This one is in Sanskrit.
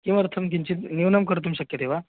किमर्थं किञ्चित् न्यूनं कर्तुं शक्यते वा